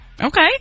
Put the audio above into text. Okay